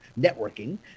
networking